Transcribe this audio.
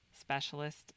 specialist